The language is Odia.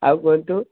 ଆଉ କୁହନ୍ତୁ